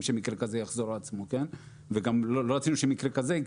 שמקרה כזה יחזור על עצמו וגם לא רצינו שמקרה כזה יקרה.